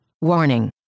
Warning